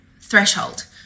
threshold